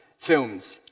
films,